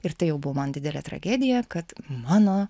ir tai jau buvo man didelė tragedija kad mano